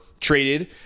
traded